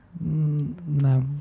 No